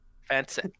Fancy